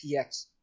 PX